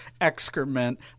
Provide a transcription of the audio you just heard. excrement